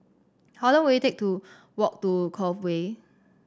how long will it take to walk to Cove Way